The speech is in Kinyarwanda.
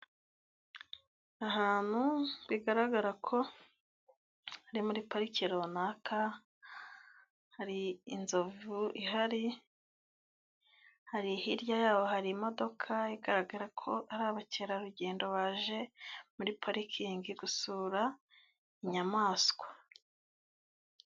Ahantu bigaragara ko ari muri parike runaka hari inzovu ihari, hari hirya yaho hari imodoka igaragara ko ari abakerarugendo baje muri parikingi gusura inyamaswa.